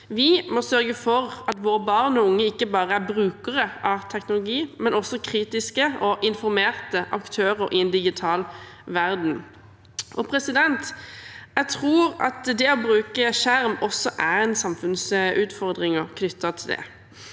Vi må sørge for at våre barn og unge ikke bare er brukere av teknologi, men også kritiske og informerte aktører i en digital verden. Jeg tror det også er samfunnsutfordringer knyttet til det